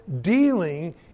dealing